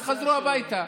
חזרו הביתה.